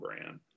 brand